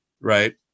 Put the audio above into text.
Right